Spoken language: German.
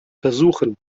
versuchen